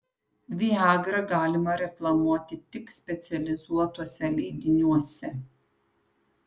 viagrą galima reklamuoti tik specializuotuose leidiniuose